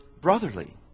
brotherly